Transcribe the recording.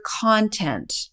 content